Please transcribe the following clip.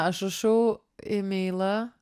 aš rašau ymeilą